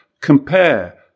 Compare